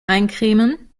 eincremen